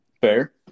Fair